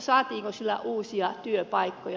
saatiinko sillä uusia työpaikkoja